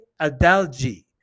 Adalji